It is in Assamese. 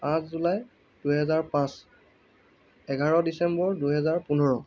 পাঁচ জুলাই দুহেজাৰ পাঁচ এঘাৰ ডিচেম্বৰ দুহেজাৰ পোন্ধৰ